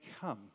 come